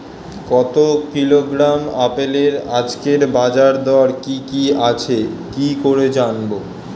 এক কিলোগ্রাম আপেলের আজকের বাজার দর কি কি আছে কি করে জানবো?